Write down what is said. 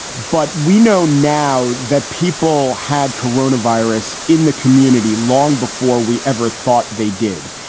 but we know now that people had corona virus in the community long before we ever thought they did.